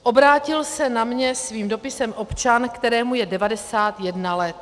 Obrátil se na mě svým dopisem občan, kterému je 91 let.